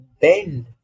bend